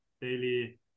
daily